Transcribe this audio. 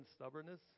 stubbornness